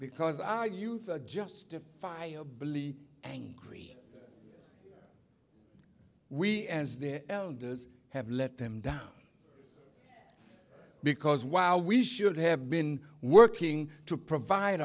because i youth justifiably angry we as the elders have let them down because while we should have been working to provide